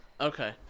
Okay